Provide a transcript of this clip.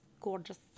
gorgeous